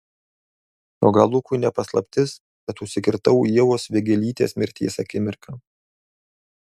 o gal lukui ne paslaptis kad užsikirtau ievos vėgėlytės mirties akimirką